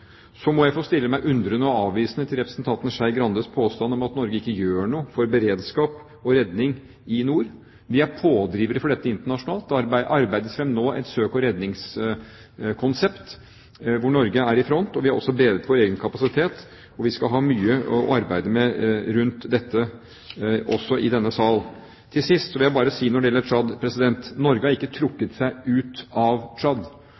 Så må jeg få stille meg undrende og avvisende til representanten Skei Grandes påstand om at Norge ikke gjør noe for beredskap og redning i nord. Vi er pådrivere for dette internasjonalt. Det arbeides nå med et søk- og redningskonsept hvor Norge er i front, og vi har også bedret vår egen kapasitet. Vi har mye å arbeide med rundt dette, også i denne sal. Til slutt vil jeg bare si når det gjelder Tsjad: Norge har ikke trukket seg ut av